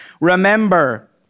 remember